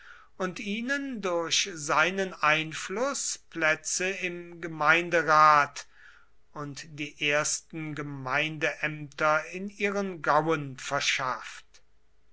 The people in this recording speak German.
und ihnen durch seinen einfluß plätze im gemeinderat und die ersten gemeindeämter in ihren gauen verschafft